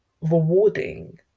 rewarding